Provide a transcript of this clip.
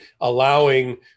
allowing